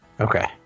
Okay